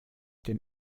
den